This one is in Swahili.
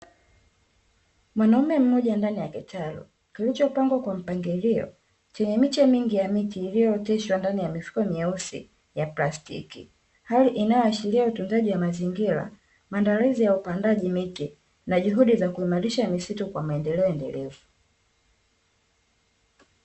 Mwanaume mmoja ndani ya kitalu, kilichopangwa kwa mpangilo, chenye miche mingi ya miti iliyooteshwa ndani ya mifuko myeusi ya plastiki, hali inayoashiria utunzaji wa mazingira, maandalizi ya upandaji miti na juhudi za kuimarisha misitu kwa maendeleo endelevu.